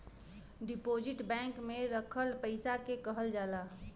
deposit bank में रखल पइसा के कहल जाला